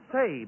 Say